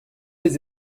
les